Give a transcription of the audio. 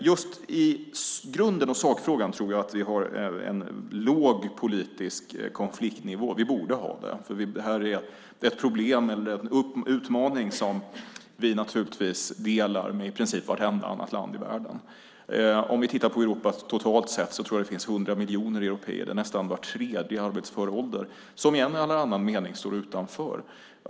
Just i grunden och sakfrågan tror jag att vi har en låg politisk konfliktnivå; vi borde ha det, för det här en utmaning som vi naturligtvis delar med i princip vartenda annat land i världen. Jag tror att det i Europa totalt sett är 100 miljoner européer, nästan var tredje i arbetsför ålder, som i en eller annan mening står utanför.